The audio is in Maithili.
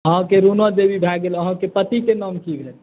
अहाँके रुना देवी भय गेल अहाँके पतिके नाम की भेल